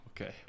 okay